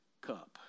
cup